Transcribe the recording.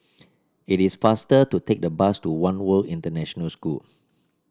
it is faster to take the bus to One World International School